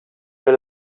you